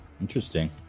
Interesting